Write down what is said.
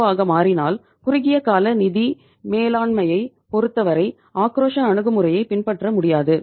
ஓ ஆக மாறினால் குறுகிய கால நிதி மேலாண்மையை பொறுத்த வரை ஆக்ரோஷ அணுகுமுறையைப் பின்பற்ற முடியாது